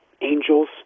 angels